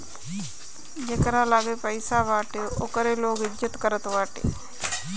जेकरा लगे पईसा बाटे ओकरे लोग इज्जत करत बाटे